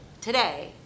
Today